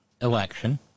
election